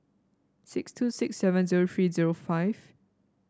six two six seven zero three zero five